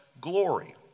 glory